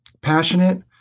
passionate